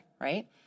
Right